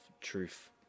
truth